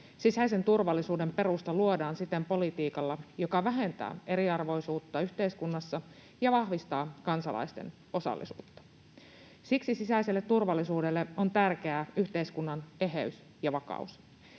Sisäisen turvallisuuden perusta luodaan siten politiikalla, joka vähentää eriarvoisuutta yhteiskunnassa ja vahvistaa kansalaisten osallisuutta. Siksi sisäiselle turvallisuudelle on tärkeää yhteiskunnan eheys ja vakaus.